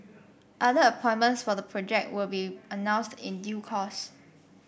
other appointments for the project will be announced in due course